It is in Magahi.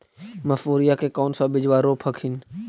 मसुरिया के कौन सा बिजबा रोप हखिन?